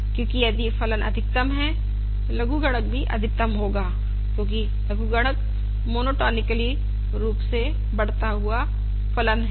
क्योंकि यदि फलन अधिकतम है लघुगणक भी अधिकतम होगा क्योंकि लघुगणक मोनोटोनिकली रूप से बढ़ता हुआ फलन है